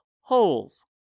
Holes